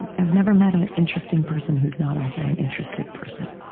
i've never met an interesting person who's not also an interested person